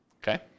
Okay